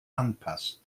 anpasst